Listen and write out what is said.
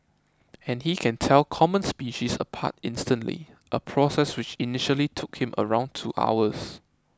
and he can tell common species apart instantly a process which initially took him around two hours